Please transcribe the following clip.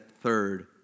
third